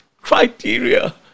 criteria